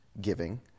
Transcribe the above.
giving